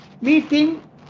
meeting